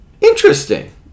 Interesting